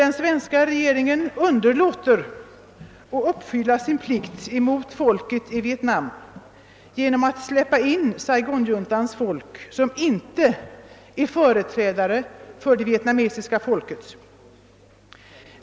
Den svenska regeringen underlåter alt uppfylla sin plikt mot folket i Vietnam genom att här släppa in Saigonjuntans representanter, som inte företräder det vietnamesiska folket.